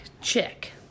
Check